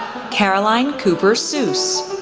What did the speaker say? caroline cooper suess,